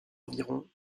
environ